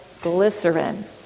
glycerin